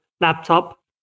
laptop